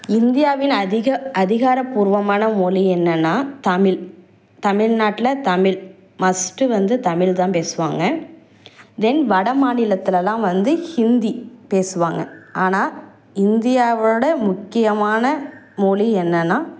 இந்தியாவின் அதிக அதிகாரபூர்வமான மொழி என்னென்னா தமிழ் தமிழ்நாட்ல தமிழ் மஸ்ட்டு வந்து தமிழ் தான் பேசுவாங்கள் தென் வட மாநிலத்திலலாம் வந்து ஹிந்தி பேசுவாங்கள் ஆனால் இந்தியாவோட முக்கியமான மொழி என்னென்னா